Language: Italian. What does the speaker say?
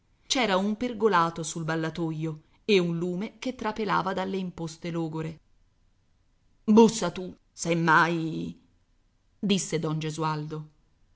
c'era un pergolato sul ballatoio e un lume che trapelava dalle imposte logore bussa tu se mai disse don gesualdo